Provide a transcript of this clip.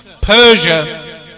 Persia